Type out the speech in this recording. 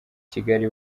kigali